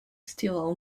still